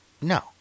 no